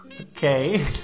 Okay